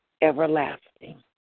everlasting